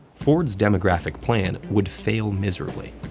ford's demographic plan would fail miserably.